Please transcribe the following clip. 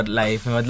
life